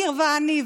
עמיר ואני,